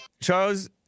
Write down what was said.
Charles